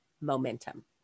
momentum